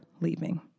leaving